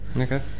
Okay